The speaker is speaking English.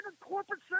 Corporate